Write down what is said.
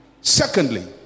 secondly